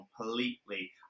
completely